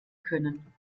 können